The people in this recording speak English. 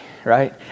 right